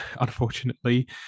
unfortunately